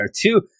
two